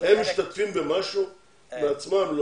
הם משתתפים במשהו מעצמם?